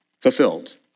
fulfilled